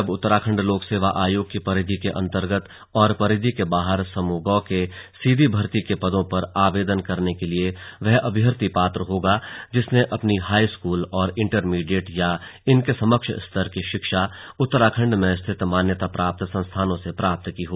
प्रदेश में अब उत्तराखण्ड लोक सेवा आयोग की परिधि के अन्तर्गत और लोक सेवा आयोग की परिधि के बाहर समूह ग के सीधी भर्ती के पदों पर आवेदन करने के लिए वही अभ्यर्थी पात्र होगा जिसने अपनी हाई स्कूल और इण्टरमीडिएट या इनके समकक्ष स्तर की शिक्षा उत्तराखण्ड में स्थित मान्यता प्राप्त संस्थानों से प्राप्त की हो